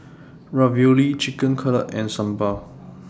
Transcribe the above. Ravioli Chicken Cutlet and Sambar